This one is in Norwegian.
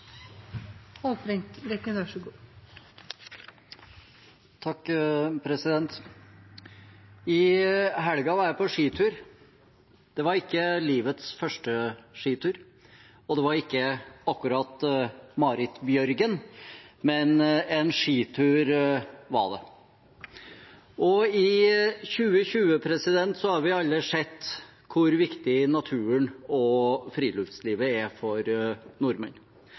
I helga var jeg på skitur. Det var ikke livets første skitur, og det var ikke akkurat Marit Bjørgen, men en skitur var det. I 2020 har vi alle sett hvor viktig naturen og friluftslivet er for nordmenn.